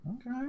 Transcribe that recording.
Okay